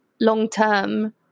Long-term